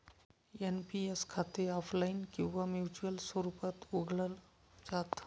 NPS खाते offline किंवा manual स्वरूपात उघडलं जात